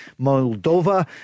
Moldova